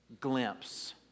Glimpse